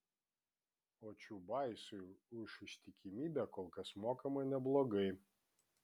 o čiubaisui už ištikimybę kol kas mokama neblogai